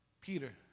Peter